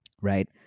right